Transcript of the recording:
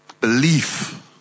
belief